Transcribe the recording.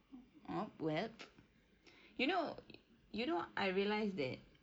oh well you know you know I realised that